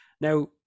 Now